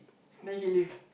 then she leave